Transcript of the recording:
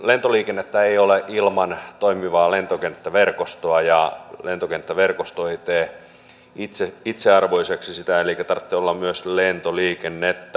lentoliikennettä ei ole ilman toimivaa lentokenttäverkostoa ja lentokenttäverkosto ei tee sitä itsearvoiseksi elikkä tarvitsee olla myös lentoliikennettä